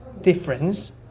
difference